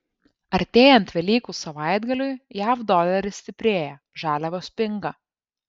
artėjant velykų savaitgaliui jav doleris stiprėja žaliavos pinga